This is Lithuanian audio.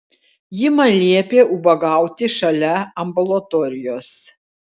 ji man liepė ubagauti šalia ambulatorijos